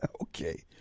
Okay